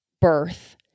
birth